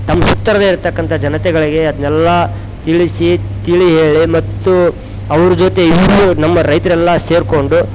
ತಮ್ಮ ಸುತ್ತುವರ್ದಿರ್ತಕ್ಕಂತ ಜನತೆಗಳಿಗೆ ಅದ್ನೆಲ್ಲ ತಿಳಿಸಿ ತಿಳಿ ಹೇಳಿ ಮತ್ತು ಅವ್ರ ಜೊತೆ ಇವ್ರು ನಮ್ಮ ರೈತ್ರು ಎಲ್ಲ ಸೇರಿಕೊಂಡು